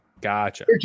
gotcha